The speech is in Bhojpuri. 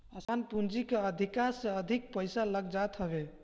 सामान्य पूंजी के अधिका से अधिक पईसा लाग जात हवे